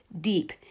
deep